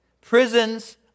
Prisons